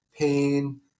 pain